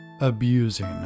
Abusing